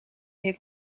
heeft